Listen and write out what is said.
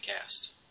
Cast